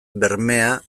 bermea